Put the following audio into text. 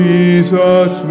Jesus